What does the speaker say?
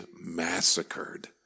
massacred